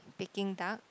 Peking duck